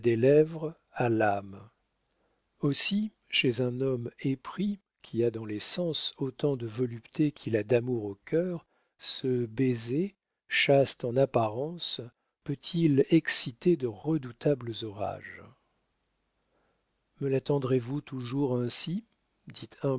lèvres à l'âme aussi chez un homme épris qui a dans les sens autant de volupté qu'il a d'amour au cœur ce baiser chaste en apparence peut-il exciter de redoutables orages me la tendrez vous toujours ainsi dit